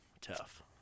tough